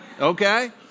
Okay